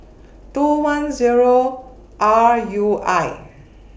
two one Zero R U I